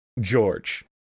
George